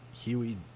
Huey